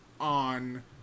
on